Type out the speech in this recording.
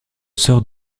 sort